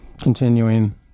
continuing